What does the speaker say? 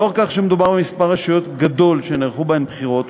לאור כך שמדובר במספר גדול של רשויות שנערכו בהן בחירות,